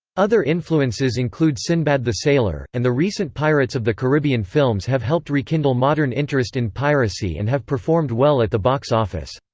other influences include sinbad the sailor, and the recent pirates of the caribbean films have helped rekindle modern interest in piracy and have performed well at the box office.